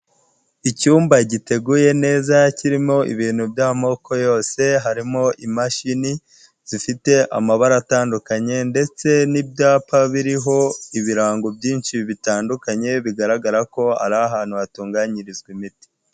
Icyumba giteguye neza kirimo ibintu by'amoko yose, harimo imashini zifite amabara atandukanye, ndetse n'ibyapa biriho ibirango byinshi bitandukanye, bigaragara ko ari ahantu hatunganyirizwa imiti.